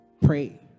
pray